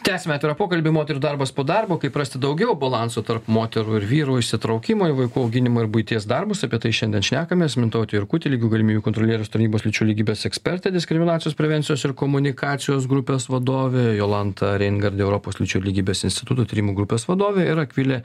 tęsiame pokalbį moterų darbas po darbo kaip rasti daugiau balanso tarp moterų ir vyrų įsitraukimo į vaikų auginimą ir buities darbus apie tai šiandien šnekamės mintautė jurkutė lygių galimybių kontrolieriaus tarnybos lyčių lygybės ekspertė diskriminacijos prevencijos ir komunikacijos grupės vadovė jolanta reingardė europos lyčių lygybės instituto tyrimų grupės vadovė ir akvilė